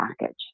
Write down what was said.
package